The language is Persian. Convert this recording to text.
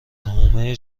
حومه